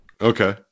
Okay